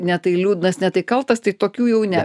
ne tai liūdnas ne tai kaltas tai tokių jau ne